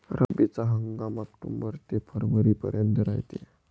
रब्बीचा हंगाम आक्टोबर ते फरवरीपर्यंत रायते